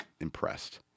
impressed